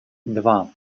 два